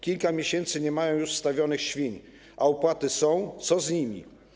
Kilka miesięcy nie mają już wstawionych świń, a opłaty są - co z nimi?